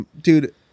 dude